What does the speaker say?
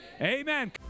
amen